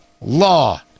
law